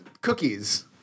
cookies